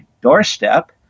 doorstep